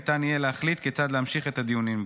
ניתן יהיה להחליט כיצד להמשיך את הדיונים בו.